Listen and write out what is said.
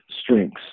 strengths